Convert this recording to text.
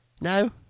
No